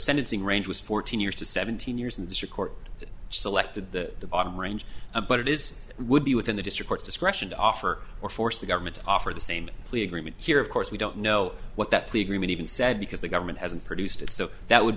sentencing range was fourteen years to seventeen years and the court selected the bottom range but it is would be within the district discretion to offer or force the government to offer the same plea agreement here of course we don't know what that plea agreement even said because the government hasn't produced it so that would